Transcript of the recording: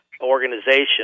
organization